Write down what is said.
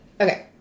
okay